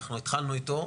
אנחנו התחלנו איתו,